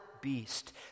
beast